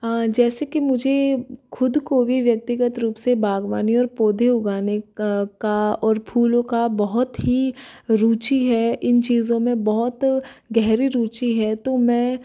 जैसे कि मुझे ख़ुद को भी व्यक्तिगत रूप से बागवानी और पौधे उगाने का का और फ़ूलों का बहोत ही रुची है इन चीज़ों में बहोत गहरी रुची है तो मैं